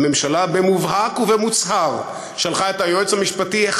של הממשלה הזאת ולדרך קבלת ההחלטות